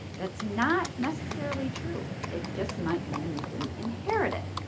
that's not necessarily true. it just might mean you didn't inherit it.